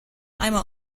einmal